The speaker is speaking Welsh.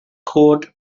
cod